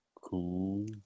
Cool